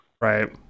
Right